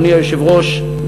אדוני היושב-ראש,